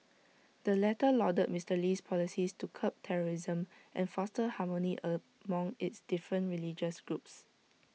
the latter lauded Mister Lee's policies to curb terrorism and foster harmony among its different religious groups